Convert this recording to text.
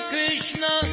Krishna